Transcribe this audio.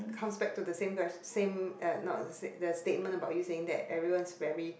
comes back to the same ques~ same uh not the statement about you saying that everyone's very